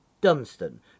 Dunstan